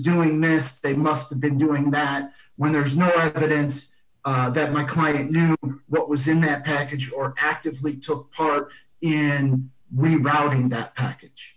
doing this they must have been doing that when there's no evidence that my client knew what was in that package or actively took part in rebounding that